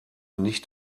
nicht